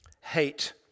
hate